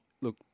Look